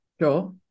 Sure